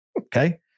Okay